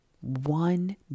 one